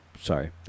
Sorry